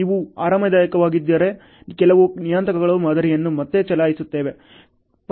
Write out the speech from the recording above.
ನೀವು ಆರಾಮದಾಯಕವಾಗದಿದ್ದರೆ ಕೆಲವು ನಿಯತಾಂಕಗಳು ಮಾದರಿಯನ್ನು ಮತ್ತೆ ಚಲಾಯಿಸುತ್ತವೆ